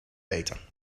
beter